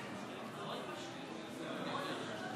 49 מתנגדים, אין נמנעים.